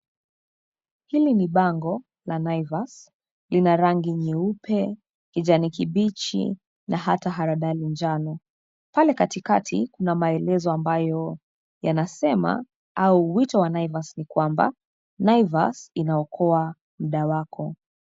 Hili ni bango la Naivas. Lina rangi nyeupe, kijani kibichi na hata haradali njano. Pale katikati kuna maelezo ambayo yanasema au wito wa Naivas ni kwamba Naivas inaokoa muda wako.